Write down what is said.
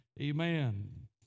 Amen